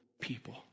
people